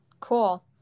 cool